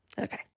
Okay